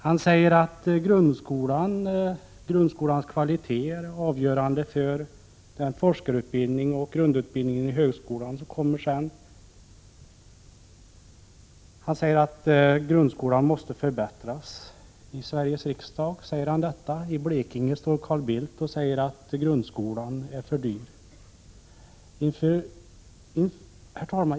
Han säger att grundskolans kvalitet är avgörande för grundutbildningen i högskolan och den forskarutbildning som kommer sedan. Han säger att grundskolan måste förbättras. I Sveriges riksdag säger han detta. I Blekinge står Carl Bildt och säger att grundskolan är för dyr. Herr talman!